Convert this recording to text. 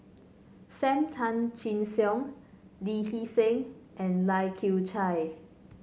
Sam Tan Chin Siong Lee Hee Seng and Lai Kew Chai